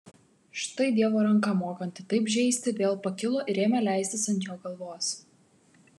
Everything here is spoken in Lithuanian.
štai dievo ranka mokanti taip žeisti vėl pakilo ir ėmė leistis ant jo galvos